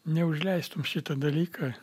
neužleistum šitą dalyką